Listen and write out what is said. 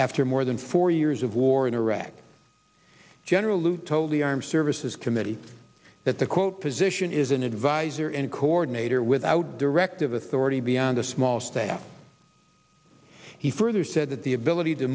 after more than four years of war in iraq general lute told the armed services committee that the quote position is an advisor and coordinator without directive authority beyond a small staff he further said that the ability to